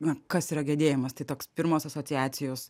na kas yra gedėjimas tai toks pirmos asociacijos